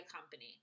company